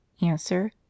Answer